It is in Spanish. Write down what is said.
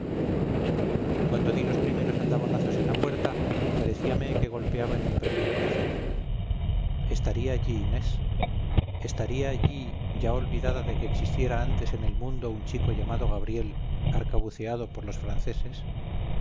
cuando di los primeros aldabonazos en la puerta parecíame que golpeaba en mi propio corazón estaría allí inés estaría allí ya olvidada de que existiera antes en el mundo un chico llamado gabriel arcabuceado por los franceses